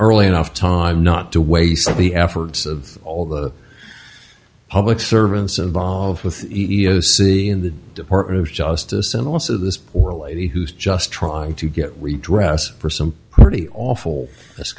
early enough time not to waste all the efforts of all the public servants involved with e m c in the department of justice and also this poor lady who's just trying to get redress for some pretty awful